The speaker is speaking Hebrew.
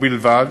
ובלבד